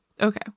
Okay